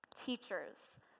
teachers